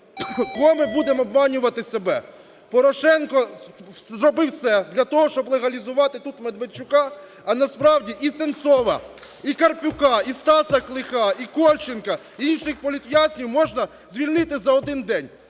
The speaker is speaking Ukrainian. Кого ми будемо обманювати, себе? Порошенко зробив все для того, щоб легалізувати тут Медведчука, а насправді і Сенцова, і Карпюка, і Стаса Клиха, і Кольченка і інших політв'язнів можна звільнити за один день: